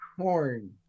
corn